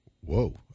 whoa